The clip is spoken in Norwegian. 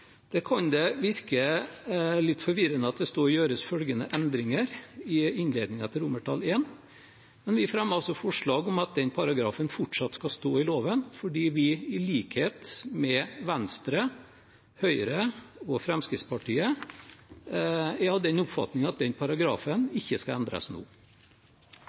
Det kan virke litt forvirrende at det står «gjøres følgende endringer» i innledningen til I, men vi fremmer altså forslag om at denne paragrafen fortsatt skal stå i loven, fordi vi i likhet med Venstre, Høyre og Fremskrittspartiet er av den oppfatning at den paragrafen ikke skal endres nå.